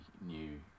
new